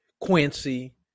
Quincy